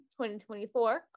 2024